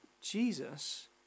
Jesus